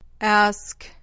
Ask